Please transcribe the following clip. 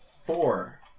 four